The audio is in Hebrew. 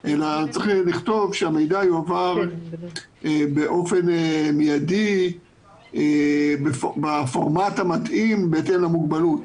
אלא צריך לכתוב שהמידע יועבר באופן מיידי בפורמט המתאים בהתאם למוגבלות,